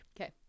Okay